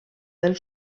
del